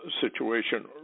situation